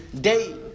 day